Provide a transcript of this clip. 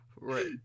Right